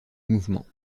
mouvement